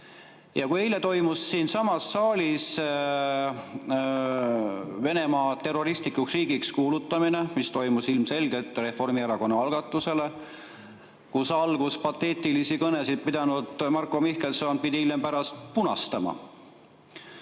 Kui eile toimus siinsamas saalis Venemaa terroristlikuks riigiks kuulutamine, see toimus ilmselgelt Reformierakonna algatusel, siis alguses pateetilisi kõnesid pidanud Marko Mihkelson pidi hiljem punastama.